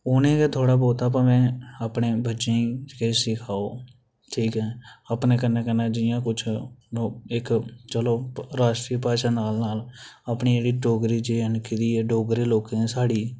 उ'नें गै थोह्ड़ा बहुत भामें अपने बच्चें गी किश सखाओ ठीक ऐ अपने कन्नै कन्नै जि'यां किश इक्क चलो राश्ट्री भाशा कन्नै कन्नै अपनी जेह्ड़ी डोगरी अपनी जेएंडके दी डोगरी डोगरें लोकें दी साढ़ी